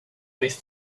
with